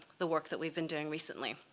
the work that we've been doing recently.